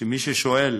שמי ששואל